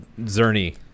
Zerny